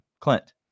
Clint